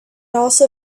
also